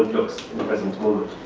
looks in the present moment.